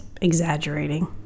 exaggerating